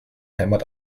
hämmert